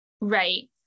Right